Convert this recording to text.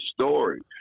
story